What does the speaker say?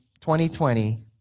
2020